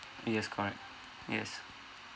yes correct yes